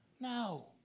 No